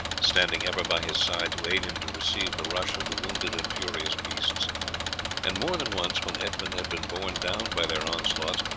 standing ever by his side to aid him to receive the rush of the wounded and furious beasts and more than once, when edmund had been borne down by their onslaughts,